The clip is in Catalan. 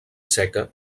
seca